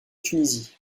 tunisie